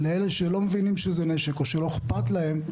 לאלה שלא מבינים שזה נשק או שלא אכפת להם,